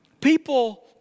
People